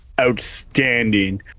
outstanding